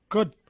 Good